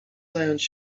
zająć